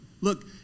look